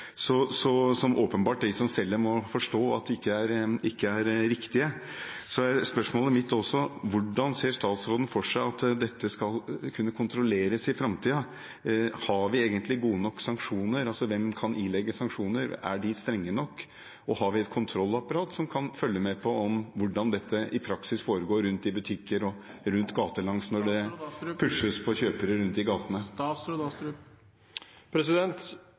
de som selger, åpenbart må forstå ikke er riktige – er spørsmålet mitt også: Hvordan ser statsråden for seg at dette skal kunne kontrolleres i framtiden? Har vi egentlig gode nok sanksjoner, hvem kan ilegge sanksjoner, og er de strenge nok? Og har vi et kontrollapparat som kan følge med på hvordan dette foregår i praksis rundt i butikker og gatelangs, når det pushes på kjøpere rundt i gatene?